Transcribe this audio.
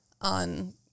on